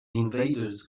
invaders